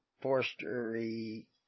forestry